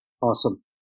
Awesome